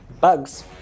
bugs